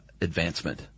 advancement